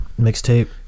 mixtape